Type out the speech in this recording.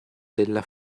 della